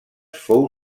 fou